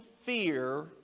fear